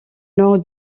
nord